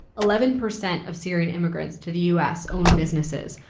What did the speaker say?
eleven percent of syrian immigrants to the u s. own businesses,